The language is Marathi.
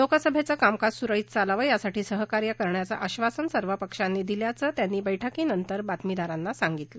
लोकसभेचं कामकाज सुरळीत चालावं यासाठी सहकार्य करण्याचं आब्वासन सर्व पक्षांनी दिल्याचं त्यांनी बैठकीनंतर बातमीदारांना सांगितलं